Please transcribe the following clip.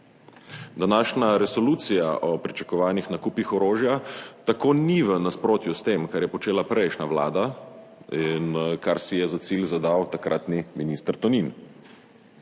Današnja resolucija o pričakovanih nakupih orožja tako ni v nasprotju s tem, kar je počela prejšnja vlada in kar si je za cilj zadal takratni minister Tonin.